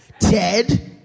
Ted